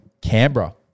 Canberra